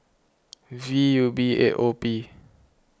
V U B eight O P